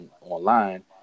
online